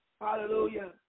Hallelujah